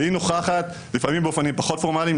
והיא נוכחת לפעמים באופנים פחות פורמליים,